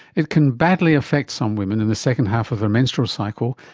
it can badly affected some women in the second half of their menstrual cycle,